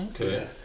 Okay